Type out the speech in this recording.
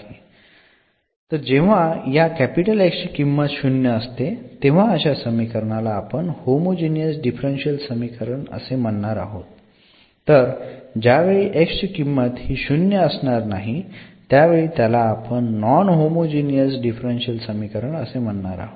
तर जेव्हा ह्या X ची किंमत हि शून्य असते तेव्हा अशा समीकरणाला आपण होमोजिनियस डिफरन्शियल समीकरण असे म्हणणार आहोत तर ज्यावेळी X ची किंमत हि शून्य असणार नाही त्यावेळी त्याला आपण नॉन होमोजिनियस डिफरन्शियल समीकरण असे म्हणणार आहोत